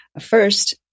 First